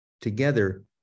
Together